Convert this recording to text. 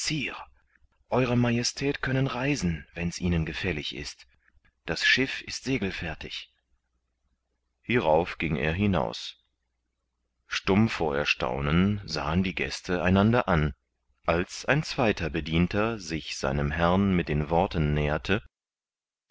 ew majestät können reisen wenn's ihnen gefällig ist das schiff ist segelfertig hierauf ging er hinaus stumm vor erstaunen sahen die gäste einander an als ein zweiter bedienter sich seinem herrn mit den worten näherte